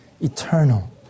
eternal